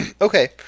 Okay